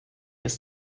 ist